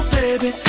baby